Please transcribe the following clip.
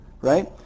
right